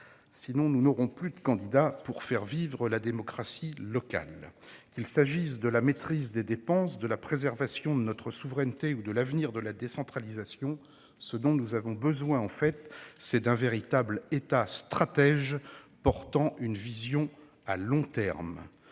Sinon, nous n'aurons plus de candidats pour faire vivre la démocratie locale. Qu'il s'agisse de la maîtrise des dépenses, de la préservation de notre souveraineté ou de l'avenir de la décentralisation, nous avons besoin d'un véritable État stratège avec une vision à long terme.